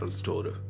store